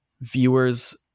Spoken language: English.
viewers